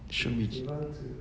should be ch~